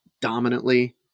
dominantly